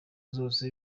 zose